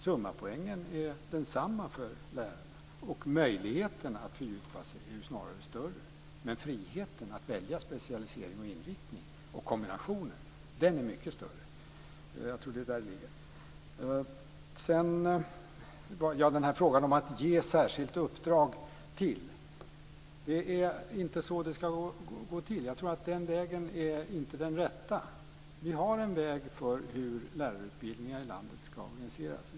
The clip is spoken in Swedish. Summan poäng är densamma för lärarna, och möjligheterna att fördjupa sig är snarare större. Friheten att välja specialisering och inriktning och att välja kombinationer är mycket större. Så till frågan om att ge ett särskilt uppdrag. Jag tror inte att det är så det ska gå till. Jag tror att den vägen inte är den rätta. Vi har en väg för hur lärarutbildningar i landet ska organiseras.